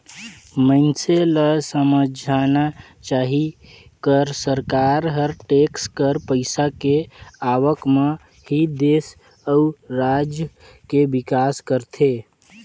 मइनसे ल समझना चाही कर सरकार हर टेक्स कर पइसा के आवक म ही देस अउ राज के बिकास करथे